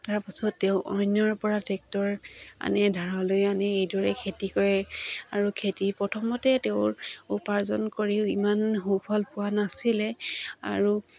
তাৰপাছত তেওঁ অন্যৰ পৰা টেক্টৰ আনি ধাৰলৈ আনি এইদৰে খেতি কৰে আৰু খেতি প্ৰথমতে তেওঁৰ উপাৰ্জন কৰিও ইমান সুফল পোৱা নাছিলে আৰু